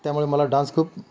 त्यामुळे मला डान्स खूप